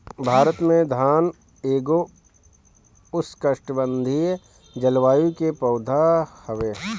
भारत में धान एगो उष्णकटिबंधीय जलवायु के पौधा हवे